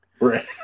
right